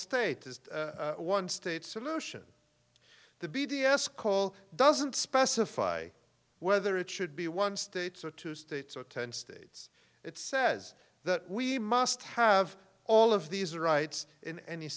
state is one state solution the b d s call doesn't specify whether it should be one states or two states or ten states it says that we must have all of these rights in any